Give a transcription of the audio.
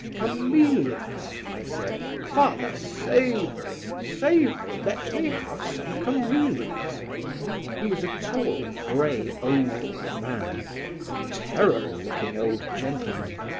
camellias! i said, father, save me, save me, let me have some camellias he was a tall, grey old man a terrible-looking old gentleman.